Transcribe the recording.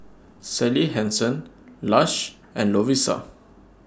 Sally Hansen Lush and Lovisa